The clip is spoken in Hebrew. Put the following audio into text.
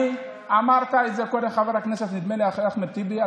אמרת את זה פה לחבר הכנסת אחמד טיבי,